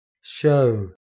show